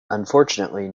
unfortunately